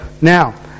now